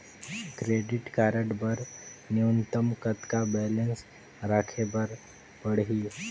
Credit card बर न्यूनतम कतका बैलेंस राखे बर पड़ही?